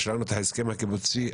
יש לנו ההסכם הקיבוצי,